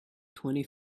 twenty